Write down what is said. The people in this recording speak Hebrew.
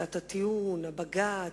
עסקת הטיעון, הבג"ץ,